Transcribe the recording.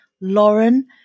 Lauren